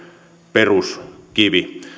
peruskivi